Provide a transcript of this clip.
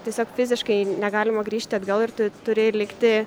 tiesiog fiziškai negalima grįžti atgal ir tu turi likti